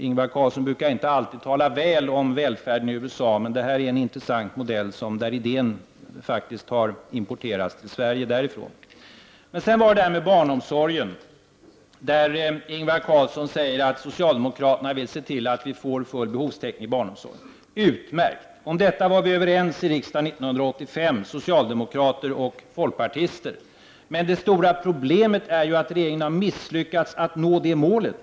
Ingvar Carlsson brukar inte alltid tala väl om välfärden i USA, men det här är en intressant modell där idén faktiskt har importerats till Sverige därifrån. Sedan var det barnomsorgen, där Ingvar Carlsson säger att socialdemokraterna vill se till att vi får full behovstäckning. Utmärkt! Om detta var socialdemokrater och folkpartister överens i riksdagen 1985, men det stora problemet är ju att regeringen har misslyckats att nå det målet.